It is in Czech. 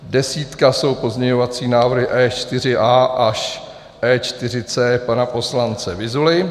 Desítka jsou pozměňovací návrhy E4a až E4c pana poslance Vyzuly.